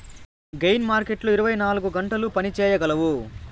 gain మార్కెట్లు ఇరవై నాలుగు గంటలు పని చేయగలవు